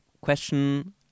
question